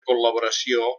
col·laboració